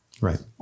Right